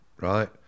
right